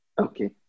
Okay